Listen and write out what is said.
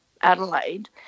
Adelaide